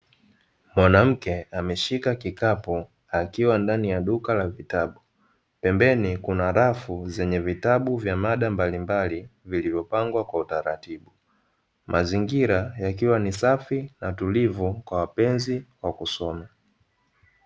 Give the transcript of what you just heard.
Mwanamke ameshika kikapu akiwa ndani ya duka la vitabu pembeni kuna rafu zenye vitabu vya mada mbalimbali vilivyopangwa kwa utaratibu, mazingira yakiwa ni safi na tulivyo kwa wapenzi wa kusoma.